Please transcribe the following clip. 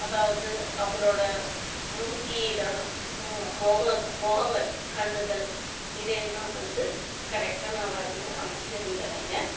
அதாவது அவரோடய மூஞ்சியில் முக முகங்கள் கண்கள் இதையெல்லாம் வந்து கரெட்டாக நான் வரைஞ்சேன் அமைச்சிருந்தனுங்க